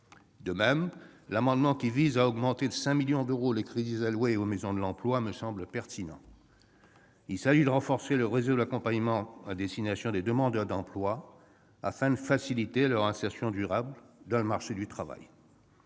De même, l'amendement qui vise à augmenter de 5 millions d'euros les crédits alloués aux maisons de l'emploi me semble pertinent. Il s'agit de renforcer ainsi le réseau d'accompagnement à destination des demandeurs d'emploi, afin de faciliter leur insertion durable dans le marché du travail.